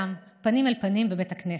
פנים אל פנים בבית הכנסת.